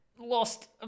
Lost